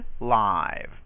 live